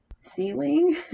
ceiling